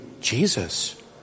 Jesus